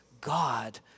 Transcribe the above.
God